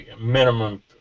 Minimum